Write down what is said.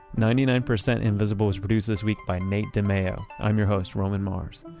ninety nine percent invisible was produced this week by nate dimeo. i'm your host, roman mars.